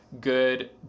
good